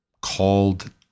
called